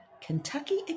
Kentucky